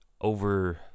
over